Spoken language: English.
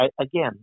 Again